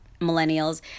millennials